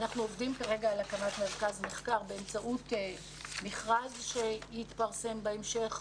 כרגע אנחנו עובדים על הקמת מרכז מחקר באמצעות מכרז שיתפרסם בהמשך,